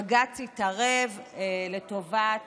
ובג"ץ התערב לטובת